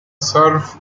surf